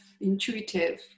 intuitive